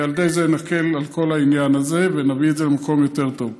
ועל ידי זה נקל את כל העניין הזה ונביא את זה למקום יותר טוב.